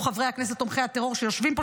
ראו חברי הכנסת תומכי הטרור שיושבים פה,